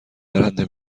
برنده